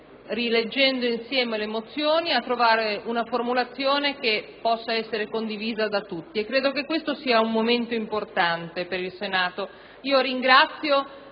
rileggendo insieme le mozioni, a trovare una formulazione che può essere condivisa da tutti, e credo che questo sia un momento importante per il Senato. Ringrazio